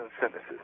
sentences